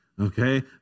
Okay